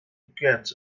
get